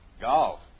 Golf